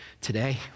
today